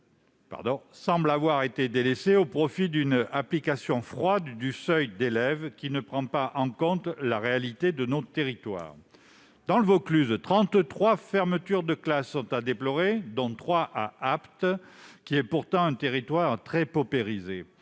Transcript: semble avoir été délaissée au profit d'une application froide du seuil d'élèves, qui ne prend pas en compte la réalité de nos territoires. Dans le Vaucluse, trente-trois fermetures de classes sont à déplorer dont trois à Apt, dans un territoire qui